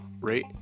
rate